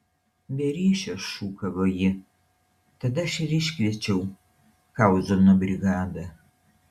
be ryšio šūkavo ji tad aš ir iškviečiau kauzono brigadą